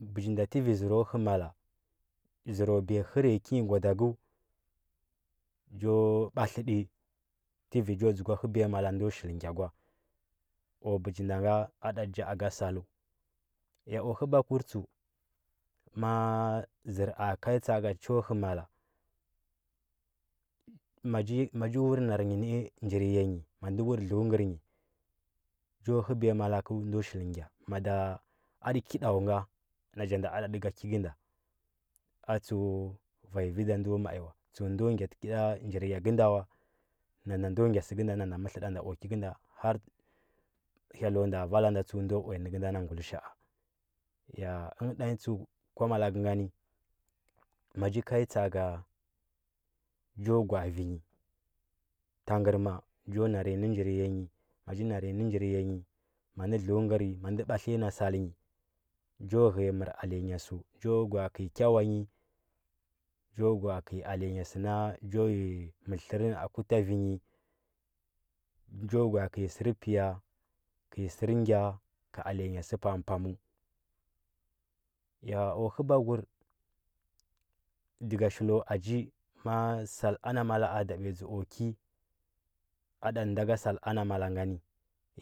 Bəji nda təvi ztra hə mala zər kwa biya herəya kinyi gwadakə cho batlit tə təvi cho njugwa həbiya mala ndo shili gia kwa ku bəji nda nga a da tə cha aka sal ya əngə həbakur tsdu ma zər a kai tsa. aka cho hə mala ma cha ulur nar nyi nə njir yayi ya nge nda dləkə nyi cho həbiya malakəu ndo shili gia mada atə kidəwu nga adati ka ki kənda atsəu va nya vi ndo mai wa tsəu ndo gya te kə da njir ya kənda nan da ndo gya səkənda mətlə ta nda ku ki kə nda har hyellau nda vala nda tsəu ndo uya nə kənda na guilisha. a ya əngə ta nyi tseu kwa malakə ngani ma cha kai tsa. aka cho gwa. a vi nyi tagər ma cho nar nya nə njir yayi ma nda dljukənyi ma nda batliya na sal nyi cho ght ya nər alenya səu cho gwa’a kəi kyawa nyi cho gwa’a kəi alenya səna cho yi mər tlər nə aku ta vi nyi cho gwa’a kəi sər piya kəi sər ngia ka alenya səu pam paməu ya aku huba kur dəga shili kwa aji ma sal ana mala a dabiya dzəa ku ki adati nda ka sal ana mala ngani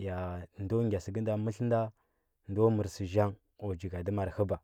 ya ndo gya səkə nda mətlə tandan do mər sə zhang a ku jigadəmar həba,